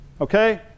Okay